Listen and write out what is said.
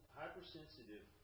hypersensitive